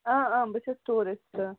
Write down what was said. اۭں اۭں بہٕ چھَس ٹوٗرِسٹ